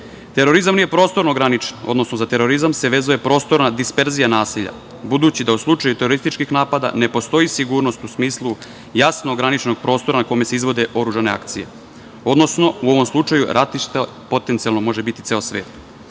žrtve. Terorizam nije prostorno ograničen, odnosno za terorizam se vezuje prostorna disperzija nasilja, budući da u slučaju terorističkih napada ne postoji sigurnost u smislu jasnog graničnog prostora na kome se izvode oružane akcije. Odnosno, u ovom slučaju ratište potencijalno može biti ceo svet.